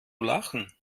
lachen